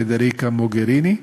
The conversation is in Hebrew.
פדריקה מוגריני,